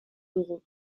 dugu